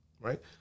right